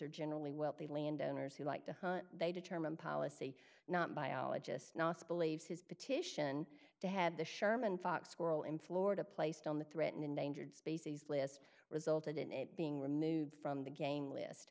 are generally wealthy landowners who like to they determine policy not biologist believes his petition to head the sherman fox school in florida placed on the threatened endangered species list resulted in it being removed from the game list